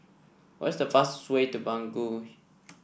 what is the fastest way to Bangui